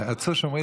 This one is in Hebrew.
רצו שומרי תורה.